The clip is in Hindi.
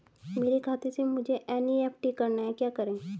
मेरे खाते से मुझे एन.ई.एफ.टी करना है क्या करें?